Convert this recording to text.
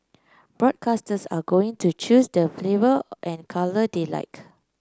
broadcasters are going to choose the flavour and colour they like